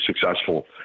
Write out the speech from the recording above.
successful